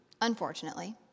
unfortunately